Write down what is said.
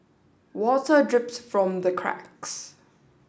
water drips from the cracks